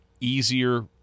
easier